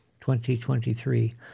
2023